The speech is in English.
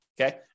okay